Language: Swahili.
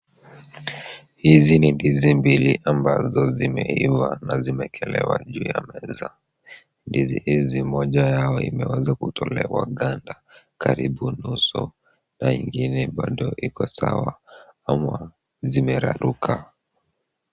Hizi ni ndizi mbili ambazo zimeiva na zimewekelewa juu ya meza. Ndizi hizi moja yao imeweza kutolewa ganda karibu nusu na ingine bado iko sawa ama zimeraruka.